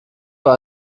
war